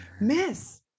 Miss